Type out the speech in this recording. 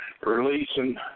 releasing